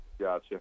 Gotcha